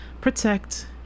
protect